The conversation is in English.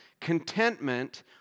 contentment